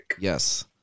Yes